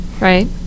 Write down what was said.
right